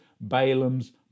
Balaam's